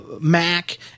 Mac